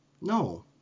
no